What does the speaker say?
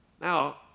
Now